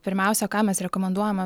pirmiausia ką mes rekomenduojame